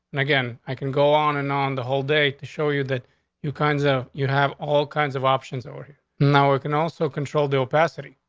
and again? i can go on and on the whole day show you that you kinds of you have all kinds of options or now we can also control the opacity.